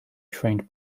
trained